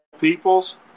people's